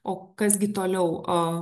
o kas gi toliau